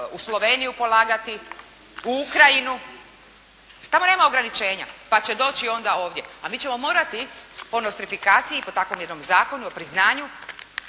u Sloveniju polagati, u Ukrajinu. Tamo nema ograničenja, pa će doći onda ovdje, a mi ćemo morati po nostrifikaciji, po takvom jednom zakonu o priznanju